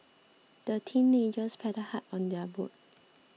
the teenagers paddled hard on their boat